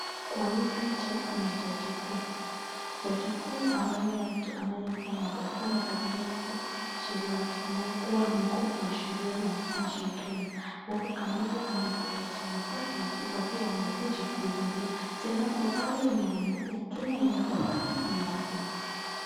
Kwa hii picha kuna haji kuu jaji kuu ambaye anaitwa Martha koome, anayekuwa mkubwa wa sheria ya nchi ya Kenya alfu kando yake kuna viongozi wenzake wakubwa wakiwa wamekuja kuhudhuria tana Kwa pale kuna bendera ya Kenya imewekwa pale nyuma yake.